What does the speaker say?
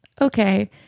okay